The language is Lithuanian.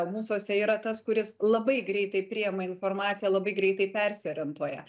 mūsuose yra tas kuris labai greitai priima informaciją labai greitai persiorientuoja